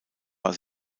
war